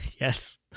Yes